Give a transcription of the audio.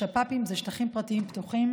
השפ"פים הם שטחים פרטיים פתוחים